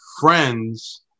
friends